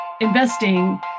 Investing